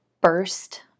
burst